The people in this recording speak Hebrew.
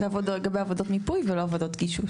לגבי עבודות מיפוי ולא עבודות גישוש.